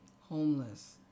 homeless